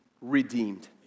redeemed